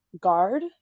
guard